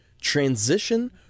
transition